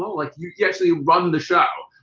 like you you actually run the show.